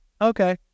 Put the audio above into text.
Okay